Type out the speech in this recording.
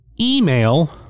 Email